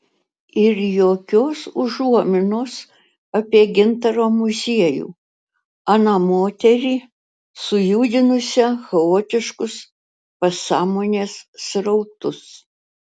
ir jokios užuominos apie gintaro muziejų aną moterį sujudinusią chaotiškus pasąmonės srautus